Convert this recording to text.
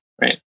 right